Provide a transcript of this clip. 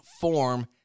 form